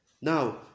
Now